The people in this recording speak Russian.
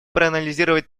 проанализировать